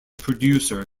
producer